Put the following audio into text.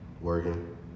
Working